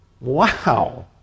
Wow